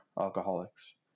alcoholics